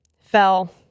fell